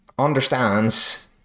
understands